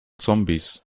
zombies